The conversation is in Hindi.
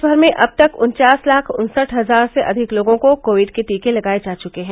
देश भर में अब तक उन्चास लाख उन्सठ हजार से अधिक लोगों को कोविड के टीके लगाये जा चुके हैं